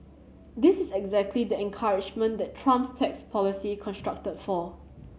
this is exactly the encouragement that Trump's tax policy constructed for